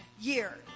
year